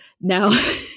Now